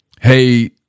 hey